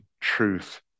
truth